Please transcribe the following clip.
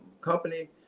company